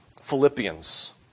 Philippians